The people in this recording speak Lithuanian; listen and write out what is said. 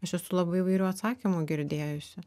aš esu labai įvairių atsakymų girdėjusi